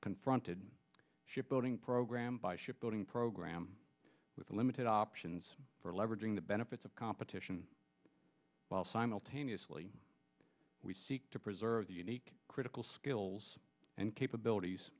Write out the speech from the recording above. confronted ship building program by ship building program with the limited options for leveraging the benefits of competition while simultaneously we seek to preserve the unique critical skills and capabilities